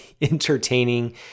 entertaining